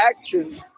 actions